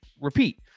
repeat